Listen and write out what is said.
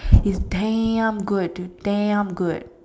it's damn good dude damn good